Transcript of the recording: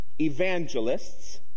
evangelists